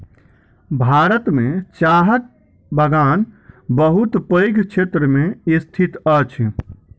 भारत में चाहक बगान बहुत पैघ क्षेत्र में स्थित अछि